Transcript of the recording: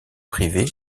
privée